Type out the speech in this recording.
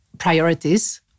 Priorities